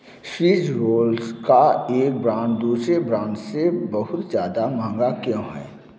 Swiss rolls का एक brand दूसरे ब्रांड से बहुत ज़्यादा महंगा क्यों है